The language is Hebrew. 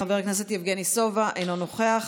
חבר הכנסת יבגני סובה, אינו נוכח.